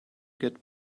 get